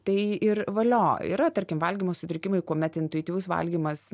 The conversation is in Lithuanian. tai ir valio yra tarkim valgymo sutrikimai kuomet intuityvus valgymas